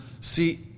See